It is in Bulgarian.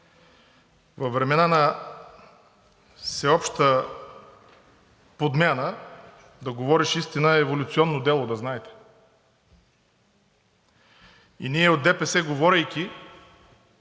Във времена на всеобща подмяна да говориш истина е еволюционно дело, да знаете. И ние от ДПС, говорейки